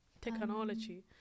Technology